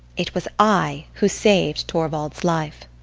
it was i who saved torvald's life.